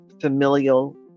familial